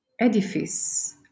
edifice